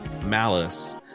malice